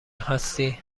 هستی